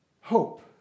Hope